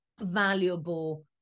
valuable